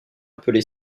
appelé